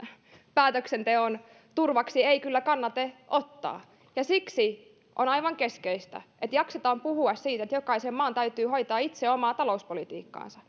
päätöksenteon turvaksi ei kyllä kannata ottaa siksi on aivan keskeistä että jaksetaan puhua siitä että jokaisen maan täytyy hoitaa itse omaa talouspolitiikkaansa